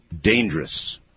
dangerous